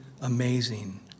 amazing